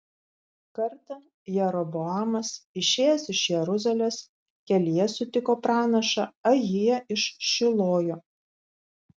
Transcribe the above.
kartą jeroboamas išėjęs iš jeruzalės kelyje sutiko pranašą ahiją iš šilojo